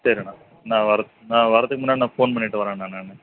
சரிண்ணா நான் வர்றத் நான் வர்றதுக்கு முன்னாடி நான் ஃபோன் பண்ணிட்டு வர்றேண்ணா நான்